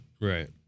Right